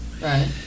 right